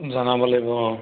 জনাব লাগিব অঁ